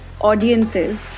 audiences